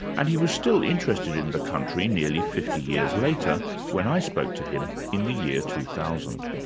and he was still interested in the country nearly fifty years later when i spoke to him in the year two thousand.